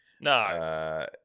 No